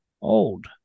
old